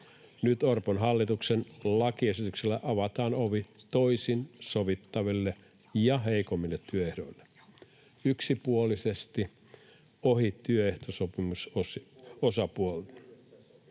Nyt Orpon hallituksen lakiesityksellä avataan ovi toisin sovittaville ja heikommille työehdoille, yksipuolisesti ohi työehtosopimusosapuolten.